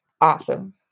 Awesome